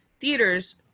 theaters